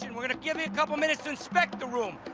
and we're gonna give you a couple of minutes to inspect the room.